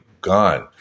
gone